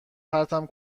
پرتم